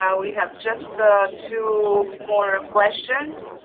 yeah we have just ah two more questions.